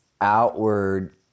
outward